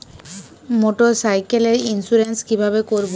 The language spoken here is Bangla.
মোটরসাইকেলের ইন্সুরেন্স কিভাবে করব?